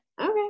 Okay